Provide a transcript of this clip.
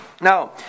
Now